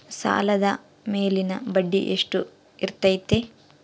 ಸಾಲದ ಮೇಲಿನ ಬಡ್ಡಿ ಎಷ್ಟು ಇರ್ತೈತೆ?